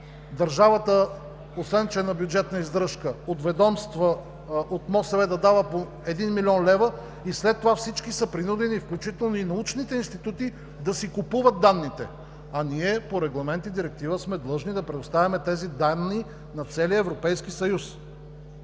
Държавата, освен че е на бюджетна издръжка от ведомства, от МОСВ да дава по 1 млн. лв. и след това всички са принудени, включително и научните институти, да си купуват данните. Ние по регламент и директива сме длъжни да предоставяме тези данни на целия Европейски съюз.